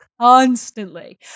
constantly